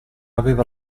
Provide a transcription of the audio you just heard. aveva